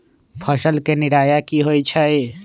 फसल के निराया की होइ छई?